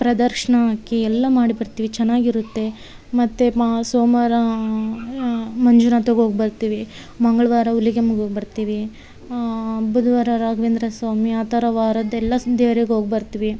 ಪ್ರದರ್ಶನ ಹಾಕಿ ಎಲ್ಲ ಮಾಡಿ ಬರ್ತಿವಿ ಚೆನ್ನಾಗಿರುತ್ತೆ ಮತ್ತು ಮಾ ಸೋಮವಾರ ಮಂಜುನಾಥಗೆ ಹೋಗಿಬರ್ತಿವಿ ಮಂಗಳವಾರ ಹುಲಿಗ್ಯಮ್ಮಗೆ ಹೋಗಿಬರ್ತಿವಿ ಬುಧವಾರ ರಾಘವೇಂದ್ರ ಸ್ವಾಮಿ ಆ ಥರ ವಾರದೆಲ್ಲ ದೇವರಿಗೆ ಹೋಗಿಬರ್ತಿವಿ